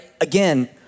Again